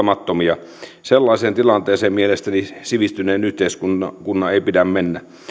ovat sitten peruuttamattomia sellaiseen tilanteeseen mielestäni sivistyneen yhteiskunnan ei pidä mennä